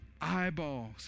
eyeballs